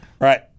right